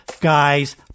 guys